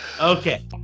Okay